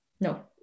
no